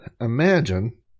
imagine